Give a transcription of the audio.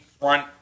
front